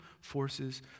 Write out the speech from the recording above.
forces